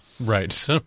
Right